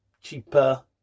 cheaper